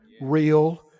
real